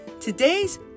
Today's